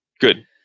Good